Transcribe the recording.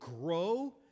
grow